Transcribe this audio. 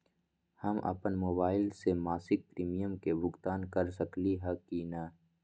हम अपन मोबाइल से मासिक प्रीमियम के भुगतान कर सकली ह की न?